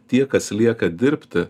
tie kas lieka dirbti